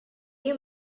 you